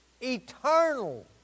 eternal